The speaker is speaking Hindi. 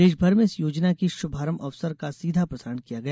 देश भर में इस योजना की श्भारंभ अवसर का सीधा प्रसारण किया गया